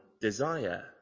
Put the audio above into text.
desire